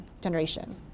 generation